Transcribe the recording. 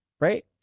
right